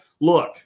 look